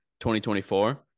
2024